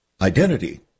identity